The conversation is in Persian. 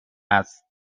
است